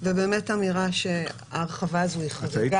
ואמירה שההרחבה הזו היא חריגה.